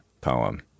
poem